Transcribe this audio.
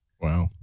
Wow